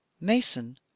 Mason